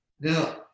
now